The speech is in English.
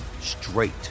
straight